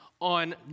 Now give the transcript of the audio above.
on